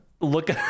Look